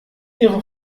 ihre